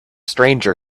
stranger